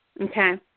Okay